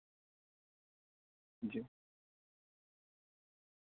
جی